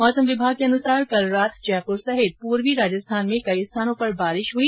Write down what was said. मौसम विभाग के अनुसार कल रात जयपूर सहित पूर्वी राजस्थान में कई स्थानों पर बारिश हुई